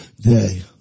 day